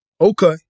okay